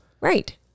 right